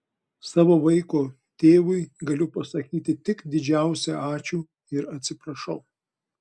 savo vaiko tėvui galiu pasakyti tik didžiausią ačiū ir atsiprašau